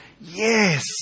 yes